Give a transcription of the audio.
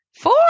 Four